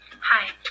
Hi